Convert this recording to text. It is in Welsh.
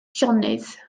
llonydd